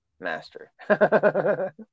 Master